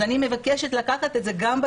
אז אני מבקשת לקחת את זה בחשבון,